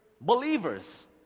believers